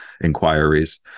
inquiries